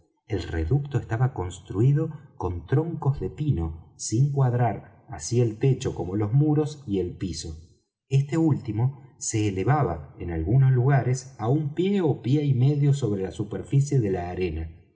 el reducto estaba construído con troncos de pino sin cuadrar así el techo como los muros y el piso este último se elevaba en algunos lugares á un pie ó pie y medio sobre la superficie de la arena